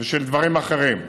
של דברים אחרים.